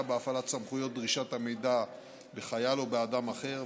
בהפעלת סמכויות דרישת המידע בחייל או באדם אחר,